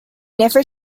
never